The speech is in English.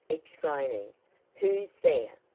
exclaiming who's there?